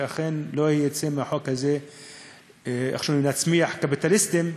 שאכן לא יצא מהחוק הזה שאיכשהו נצמיח קפיטליסטים אכזריים,